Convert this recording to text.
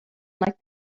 like